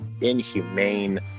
inhumane